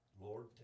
Lord